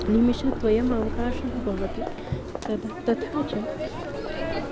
निमेषद्वयमवकाशः भवति तदा तथा च